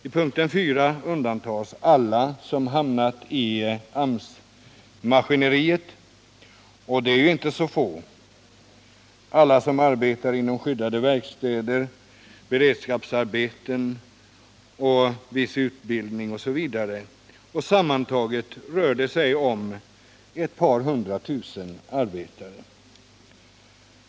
I punkten 4 undantas alla som hamnat i AMS-maskineriet — dvs. alla som arbetar inom skyddade verkstäder, beredskapsarbeten, viss utbildning osv. — och det är ju inte så få, sammanlagt rör det sig om ett par hundra tusen arbetare.